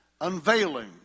unveiling